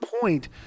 point